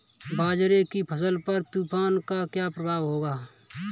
बाजरे की फसल पर तूफान का क्या प्रभाव होगा?